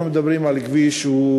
אנחנו מדברים על כביש שהוא,